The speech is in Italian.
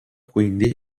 quindi